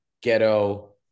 ghetto